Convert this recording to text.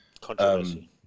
Controversy